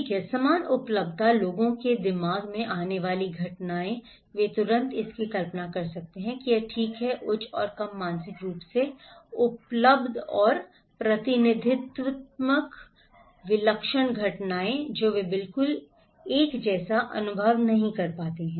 ठीक है समान उपलब्धता लोगों के दिमाग में आने वाली घटनाएँ वे तुरंत इसकी कल्पना कर सकते हैं कि यह ठीक है उच्च और कम मानसिक रूप से उपलब्ध या प्रतिनिधित्वत्मक विलक्षण घटनाएँ जो वे बिल्कुल एक जैसा अनुभव नहीं करते हैं